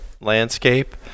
landscape